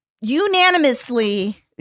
unanimously